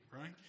right